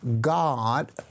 God